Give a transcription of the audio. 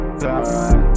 die